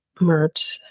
Mert